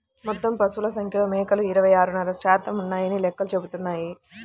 మొత్తం పశువుల సంఖ్యలో మేకలు ఇరవై ఆరున్నర శాతం ఉన్నాయని లెక్కలు చెబుతున్నాయి